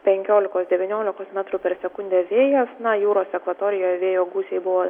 penkiolikos devyniolikos metrų per sekundę vėjas na jūros akvatorijoje vėjo gūsiai buvo